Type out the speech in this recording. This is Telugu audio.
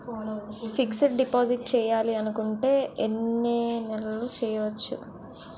ఫిక్సడ్ డిపాజిట్ చేయాలి అనుకుంటే ఎన్నే నెలలకు చేయొచ్చు?